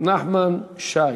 נחמן שי.